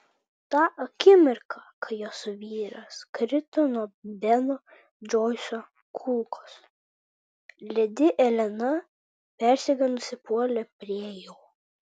tą akimirką kai jos vyras krito nuo beno džoiso kulkos ledi elena persigandusi puolė prie jo